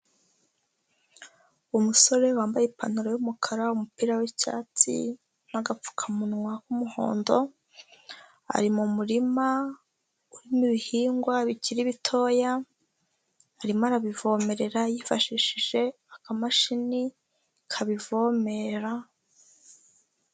Umusore wambaye ipantaro y'umukara, umupira w'icyatsi, n'agapfukamunwa k'umuhondo, ari mu murima urimo ibihingwa bikiri bitoya, arimo arabivomerera, yifashishije akamashini kabivomerera.